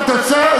פצצה?